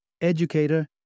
educator